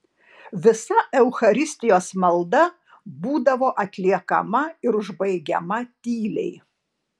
visa eucharistijos malda būdavo atliekama ir užbaigiama tyliai